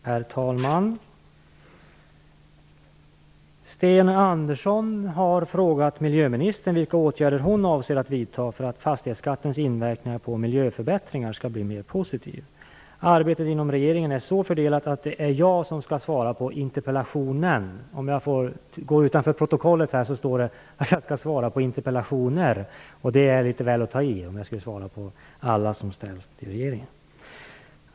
Herr talman! Sten Andersson har frågat miljöministern vilka åtgärder hon avser att vidta för att fastighetsskattens inverkningar på miljöförbättringar skall bli mera positiv. Arbetet inom regeringen är så fördelat att det är jag som skall svara på interpellationen.